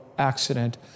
Accident